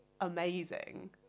amazing